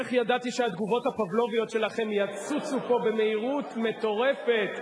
איך ידעתי שהתגובות הפבלוביות שלכם יצוצו פה במהירות מטורפת.